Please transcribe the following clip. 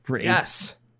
Yes